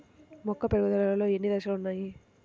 మొక్క పెరుగుదలలో ఎన్ని దశలు వున్నాయి?